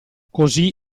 così